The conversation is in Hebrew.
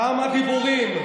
כמה דיבורים,